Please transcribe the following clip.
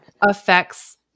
affects –